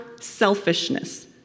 selfishness